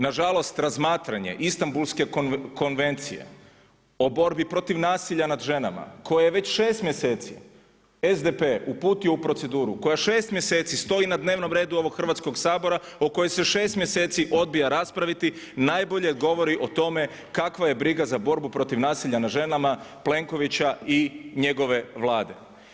Nažalost, razmatranje Istanbulske konvencije o borbi protiv nasilja nad ženama koje već šest mjeseci SDP uputio u proceduru, koja šest mjeseci stoji na dnevnom redu ovog Hrvatskog sabora, o kojoj se šest mjeseci odbija raspraviti najbolje govoriti o tome kakva je briga za borbu protiv nasilja nad ženama Plenkovića i njegove Vlade.